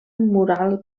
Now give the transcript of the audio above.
mural